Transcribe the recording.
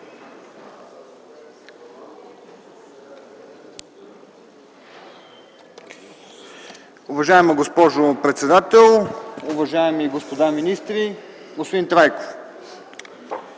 Уважаема госпожо председател, уважаеми господа министри, господин Трайков!